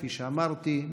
כפי שאמרתי,